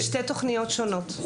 זה שתי תוכניות שונות.